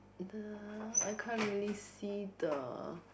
the I can't really see the